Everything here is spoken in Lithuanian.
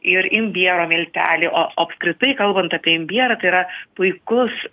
ir imbiero milteliai o apskritai kalbant apie imbierą tai yra puikus